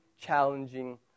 challenging